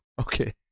Okay